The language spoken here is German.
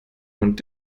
und